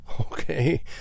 Okay